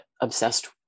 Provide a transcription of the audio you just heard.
obsessed